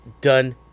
done